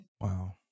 Wow